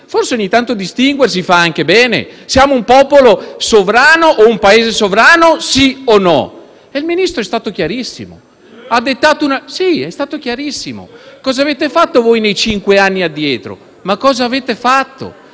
Forse ogni tanto distinguersi fa anche bene. Siamo un popolo sovrano e un Paese sovrano, sì o no? Il Ministro è stato chiarissimo. *(Commenti dal Gruppo PD).* Sì, è stato chiarissimo. Cosa avete fatto nei cinque anni addietro? Ma cosa avete fatto